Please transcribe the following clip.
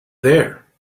there